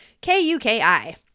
K-U-K-I